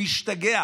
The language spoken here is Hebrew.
הוא השתגע